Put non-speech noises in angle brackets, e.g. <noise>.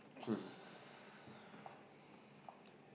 <breath>